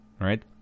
right